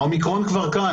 האומיקרון כבר כאן.